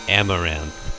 amaranth